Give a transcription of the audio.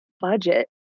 budget